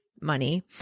money